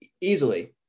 easily